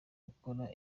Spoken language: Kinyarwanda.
gukora